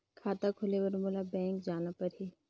खाता खोले बर मोला बैंक जाना परही?